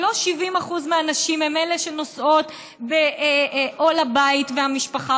שלא 70% מהנשים הן שנושאות בעול הבית והמשפחה.